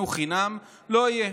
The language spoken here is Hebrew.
חינוך חינם לא יהיה.